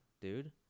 dude